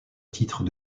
titres